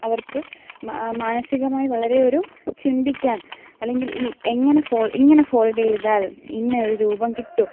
അവർക്ക് മാനസികമായ വളരെയൊരു ചിന്തിക്കാൻ അല്ലെങ്കിൽ ഈ എങ്ങനെ ഫോ ഇങ്ങനെ ഫോൾഡ് ചെയ്താൽ ഇന്ന ഒരു രൂപം കിട്ടും